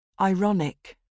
Ironic